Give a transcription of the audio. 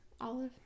Olive